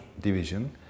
division